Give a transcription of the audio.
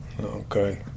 Okay